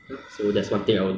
pirate then you know